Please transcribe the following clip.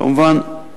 כמובן,